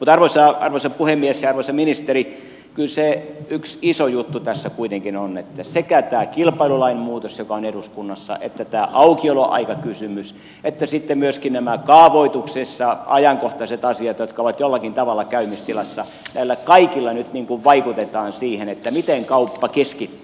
mutta arvoisa puhemies ja arvoisa ministeri kyllä se yksi iso juttu tässä kuitenkin on että sekä tämä kilpailulain muutos joka on eduskunnassa että tämä aukioloaikakysymys että sitten myöskin nämä kaavoituksessa ajankohtaiset asiat jotka ovat jollakin tavalla käymistilassa näillä kaikilla nyt vaikutetaan siihen miten kauppa keskittyy